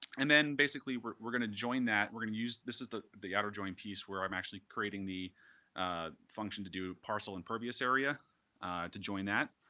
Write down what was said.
and then basically, we're we're going to join that. we're going to use this is the the outer join piece where i'm actually creating the function to do parcel impervious area to join that.